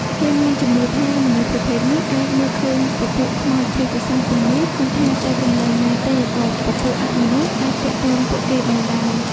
គេមានជំនឿថាមនុស្សប្រភេទនេះអាចមើលឃើញពពួកខ្មោចព្រាយបិសាចទាំងនោះមិនថាទៅកន្លែងណាទេក៏ពពួកអមនុស្សអាចទាក់ទងពួកគេបានដែរ